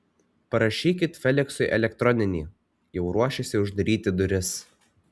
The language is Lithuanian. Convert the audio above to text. parašykit feliksui elektroninį jau ruošėsi uždaryti duris